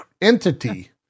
entity